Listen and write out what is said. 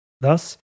Thus